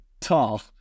tall